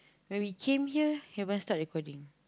when we came here haven't start recording